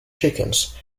chickens